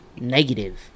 negative